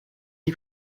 est